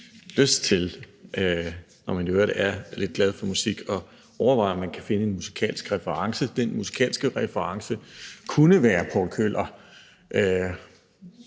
man jo lyst til, når man i øvrigt er glad for musik, at overveje, om man kan finde en musikalsk reference. Den musikalske reference kunne jo være Povl Kjøller,